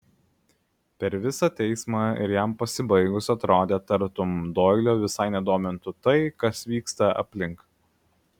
per visą teismą ir jam pasibaigus atrodė tartum doilio visai nedomintų tai kas vyksta aplink